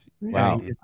Wow